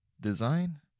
design